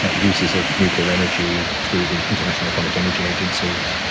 ah uses of nuclear energy through the international atomic energy agencies.